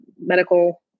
medical